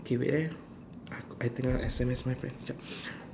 okay wait eh I I tengah S_M_S my friend sekejap